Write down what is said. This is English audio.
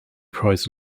prized